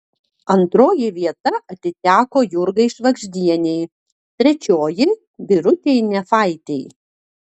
antroji vieta atiteko jurgai švagždienei trečioji birutei nefaitei